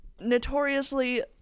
notoriously